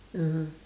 (uh huh)